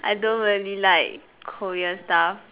I don't really like Korea stuff